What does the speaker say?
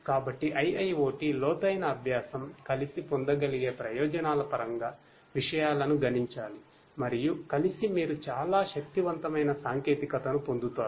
కాబట్టి IIoT లోతైన అభ్యాసం కలిసి పొందగలిగే ప్రయోజనాల పరంగా విషయాలను గుణించాలి మరియు కలిసి మీరు చాలా శక్తివంతమైన సాంకేతికతను పొందుతారు